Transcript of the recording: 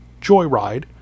Joyride